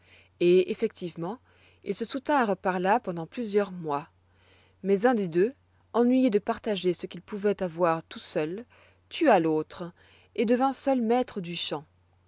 et effectivement ils se soutinrent par là pendant plusieurs mois mais un des deux ennuyé de partager ce qu'il pouvoit avoir tout seul tua l'autre et devint seul maître du champ